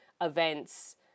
events